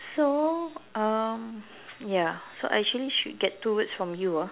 so um ya so I actually should get two words from you ah